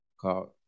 called